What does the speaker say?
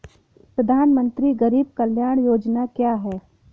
प्रधानमंत्री गरीब कल्याण योजना क्या है?